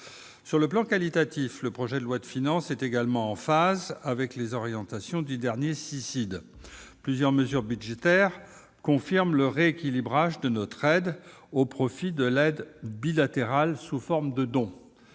Sur le plan qualitatif, le projet de loi de finances est en phase avec les orientations du dernier Cicid. Plusieurs mesures budgétaires confirment le rééquilibrage de notre aide au profit de l'aide bilatérale sous forme de dons.